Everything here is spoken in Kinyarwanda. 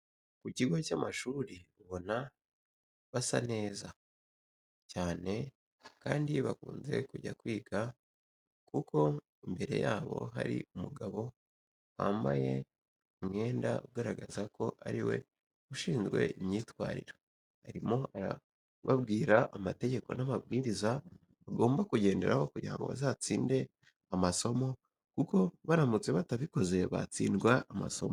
Ku kigo cy'amashuri ubona basa neza cyane kandi bakunze kujya kwiga kuko imbere yabo hari umugabo wambaye umwenda ugaragaza ko ariwe ushinzwe imyitwarire arimo arababwira amategeko n'amabwiriza bagomba kugenderaho kugira ngo bazatsinde amasomo kuko baramutse batabikoze batsindwa amasomo.